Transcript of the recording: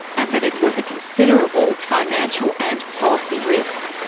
and that it was a considerable financial and policy risk.